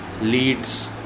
leads